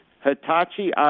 Hitachi